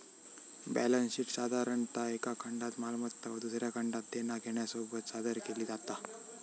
balance शीटसाधारणतः एका खंडात मालमत्ता व दुसऱ्या खंडात देना घेण्यासोबत सादर केली जाता